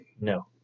No